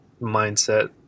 mindset